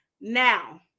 now